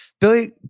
Billy